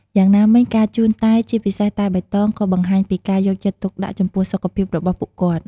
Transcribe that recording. យ៉ាងណាមិញ ការជូនតែ ជាពិសេសតែបៃតង ក៏បង្ហាញពីការយកចិត្តទុកដាក់ចំពោះសុខភាពរបស់ពួកគាត់។